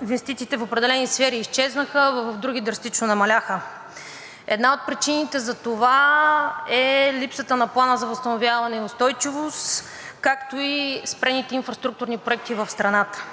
инвестициите в определени сфери изчезнаха, а в други драстично намаляха. Една от причините за това е липсата на Плана за възстановяване и устойчивост, както и спрените инфраструктурни проекти в страната.